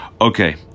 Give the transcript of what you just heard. Okay